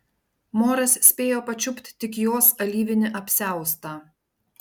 moras spėjo pačiupt tik jos alyvinį apsiaustą